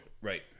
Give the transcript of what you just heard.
Right